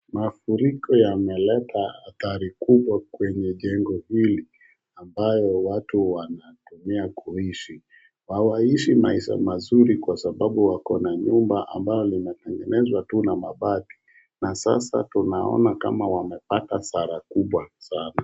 Mafuriko yameleta hatari kubwa kwenye jengo hili ambayo watu wanatumia kuishi. Hawaishi maisha mazuri kwa sababu wakona nyumba ambayo imetenengezwa tu na mabati. Na sasa tunaona kama wamepata hasara kubwa sana.